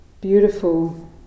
beautiful